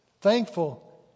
thankful